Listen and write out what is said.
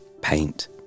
paint